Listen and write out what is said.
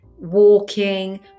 walking